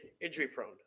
injury-prone